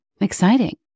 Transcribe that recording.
exciting